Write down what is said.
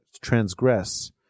transgress